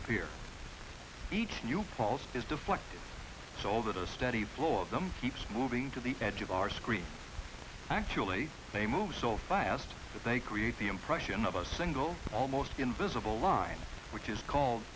appear each new paltz is deflected so all that a steady flow of them keeps moving to the edge of our screen actually they move so fast that they create the impression of a single almost invisible line which is called